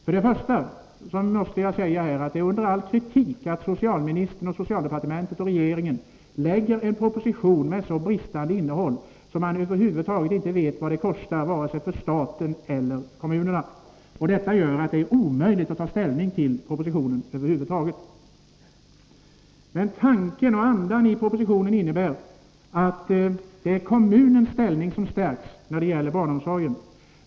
Först och främst måste man säga att det är under all kritik att socialministern, socialdepartementet och regeringen lägger fram en proposi 40 tion med så bristfälligt innehåll att det över huvud taget inte framgår vilka kostnaderna blir vare sig för staten eller kommunerna. Detta gör att det är omöjligt att över huvud taget ta ställning till propositionen. Tanken och andan i propositionen är att kommunernas ställning stärks när det gäller barnomsorgen.